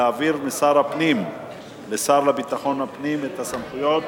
להעביר משר הפנים לשר לביטחון הפנים את הסמכויות